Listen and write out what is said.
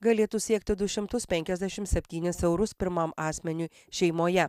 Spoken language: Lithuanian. galėtų siekti du šimtus penkiasdešimt septynis eurus pirmam asmeniui šeimoje